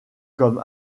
comme